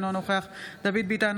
אינו נוכח דוד ביטן,